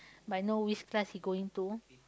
but I know which class he going to